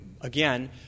again